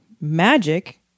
magic